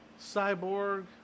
Cyborg